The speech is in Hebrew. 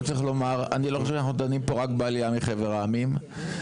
חושב שאנחנו דנים פה רק בעלייה מחבר העמים.